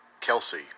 Kelsey